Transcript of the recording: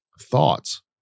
thoughts